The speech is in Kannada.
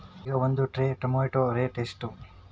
ಈಗ ಒಂದ್ ಟ್ರೇ ಟೊಮ್ಯಾಟೋ ರೇಟ್ ಎಷ್ಟ?